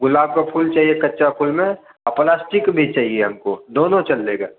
गुलाब का फूल चाहिए कच्चा फूल में और प्लास्टिक भी चाहिए हम को दोनों चलेगा